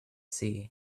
sea